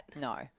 No